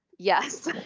yes!